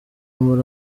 muri